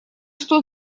что